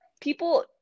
people